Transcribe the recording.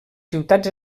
ciutats